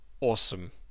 awesome